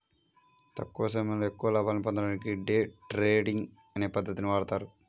తక్కువ సమయంలో ఎక్కువ లాభాల్ని పొందడానికి డే ట్రేడింగ్ అనే పద్ధతిని వాడతారు